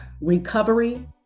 recovery